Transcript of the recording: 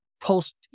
post